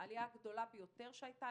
העלייה הגדולה ביותר שהייתה,